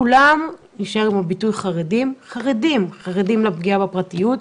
כולם חרדים לפגיעה בפרטיות,